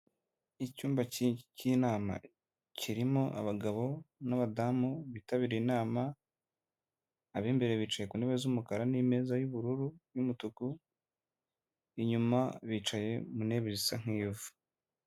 Icyumba cy'inama kirimo abagabo n'abadamu bitabiriye inama, ab'imbere bicaye ku ntebe z'umukara n'imeza y'ubururu n'umutuku, inyuma bicaye mu ntebe zisa nk'ivu.